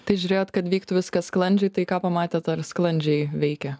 tai žiūrėjot kad vyktų viskas sklandžiai tai ką pamatėt ar sklandžiai veikia